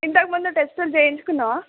ఇంతక ముందు టెస్టులు చేయించుకున్నావా